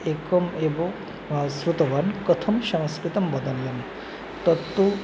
एकम् एव श्रुतवान् कथं संस्कृतं वदनीयं तत्तु